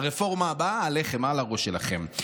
הרפורמה הבאה עליכם, על הראש שלכם.